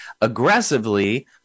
aggressively